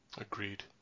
Agreed